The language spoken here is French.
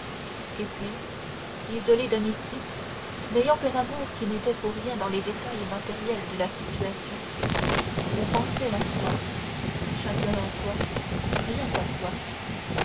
et puis isolée d'amitié n'ayant qu'un amour qui n'était pour rien dans les détails matériels de la situation on pensait à soi chacun à soi rien qu'à soi